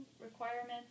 requirements